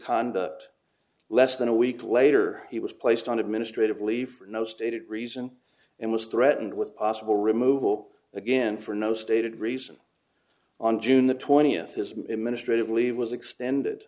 conduct less than a week later he was placed on administrative leave for no stated reason and was threatened with possible removal again for no stated reason on june the twentieth his administrate of leave was extended